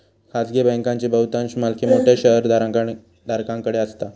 खाजगी बँकांची बहुतांश मालकी मोठ्या शेयरधारकांकडे असता